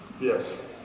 Yes